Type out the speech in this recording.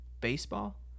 Baseball